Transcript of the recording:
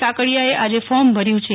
કાકડિયાએ આજે ફોર્મ ભર્યું છે